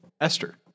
Esther